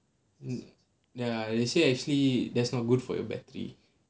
um ya they say actually that's not good for your battery